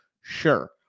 Sure